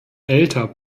älter